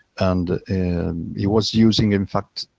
and and he was using, in fact,